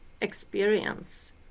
experience